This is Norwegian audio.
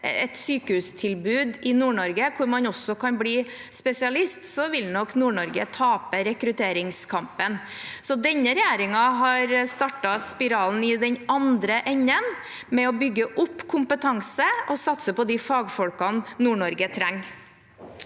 et sykehustilbud i Nord-Norge hvor man også kan bli spesialist, vil nok Nord-Norge tape rekrutteringskampen. Denne regjeringen har startet spiralen i den andre enden, med å bygge opp kompetanse og satse på de fagfolkene NordNorge trenger.